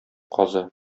казы